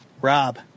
Rob